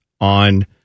on